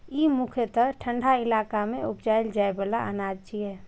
ई मुख्यतः ठंढा इलाका मे उपजाएल जाइ बला अनाज छियै